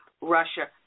Russia